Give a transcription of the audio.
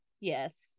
yes